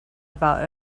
about